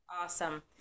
Awesome